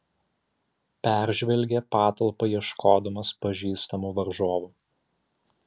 peržvelgė patalpą ieškodamas pažįstamų varžovų